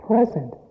present